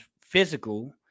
physical